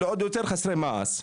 לעוד יותר חסרי מעש.